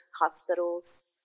hospitals